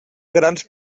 grans